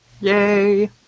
Yay